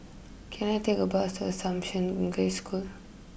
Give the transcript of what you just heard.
can I take a bus to Assumption English School